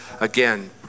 again